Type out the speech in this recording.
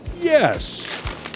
yes